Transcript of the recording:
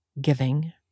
giving